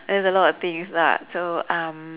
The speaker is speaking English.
there's a lot of things lah so um